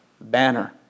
banner